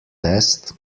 test